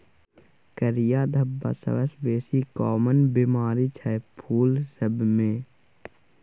करिया धब्बा सबसँ बेसी काँमन बेमारी छै फुल सब मे